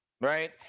right